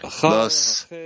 Thus